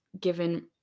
given